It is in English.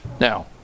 Now